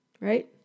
Right